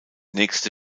nächste